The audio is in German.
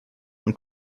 und